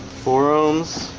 four ohms